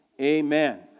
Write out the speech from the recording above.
amen